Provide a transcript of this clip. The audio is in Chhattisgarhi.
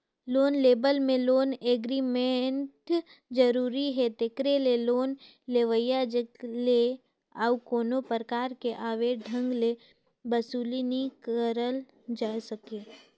लोन लेवब में लोन एग्रीमेंट जरूरी हे तेकरे ले लोन लेवइया जग ले अउ कोनो परकार ले अवैध ढंग ले बसूली नी करल जाए सके